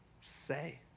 say